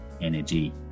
energy